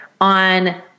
on